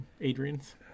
Adrian's